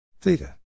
Theta